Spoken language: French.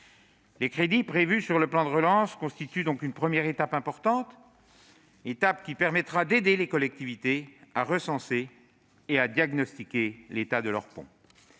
Les crédits prévus par le plan de relance constituent donc une première étape importante qui permettra d'aider les collectivités à recenser et à diagnostiquer l'état de leurs ponts.